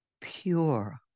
pure